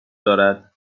دارد